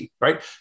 right